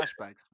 flashbacks